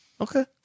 Okay